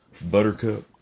Buttercup